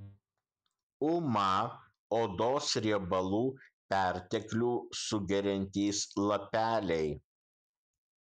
uma odos riebalų perteklių sugeriantys lapeliai